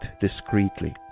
discreetly